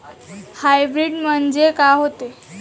Hybrid म्हनजे का होते?